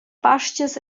pastgas